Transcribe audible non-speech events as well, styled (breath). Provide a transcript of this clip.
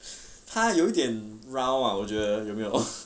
(breath) 他有点 round ah 我觉有没有